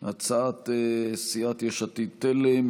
הצעת סיעת יש עתיד-תל"ם,